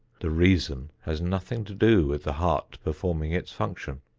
the reason has nothing to do with the heart performing its function.